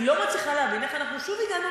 אני לא מצליחה להבין איך אנחנו שוב הגענו